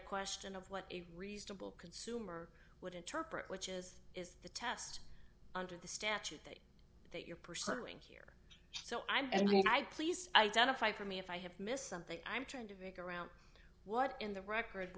a question of what a reasonable consumer would interpret which is is the test under the statute that that you're pursuing here so i and i please identify for me if i have missed something i'm trying to make around what in the record